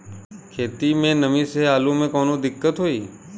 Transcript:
खेत मे नमी स आलू मे कऊनो दिक्कत होई?